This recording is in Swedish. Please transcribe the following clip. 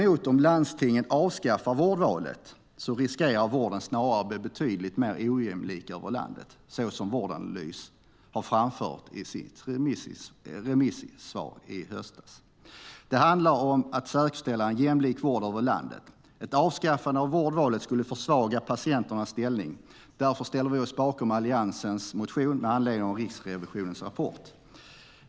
Om landstingen däremot avskaffar vårdvalet riskerar vården snarare att bli betydligt mer ojämlik över landet, så som Vårdanalys har framfört i sitt remissvar i höstas. Det handlar om att säkerställa en jämlik vård över landet. Ett avskaffande av vårdvalet skulle försvaga patienternas ställning. Därför ställer vi oss bakom Alliansens motion med anledning av Riksrevisionens rapport.